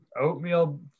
Oatmeal